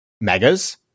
Megas